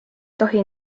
tohi